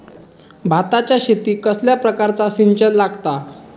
भाताच्या शेतीक कसल्या प्रकारचा सिंचन लागता?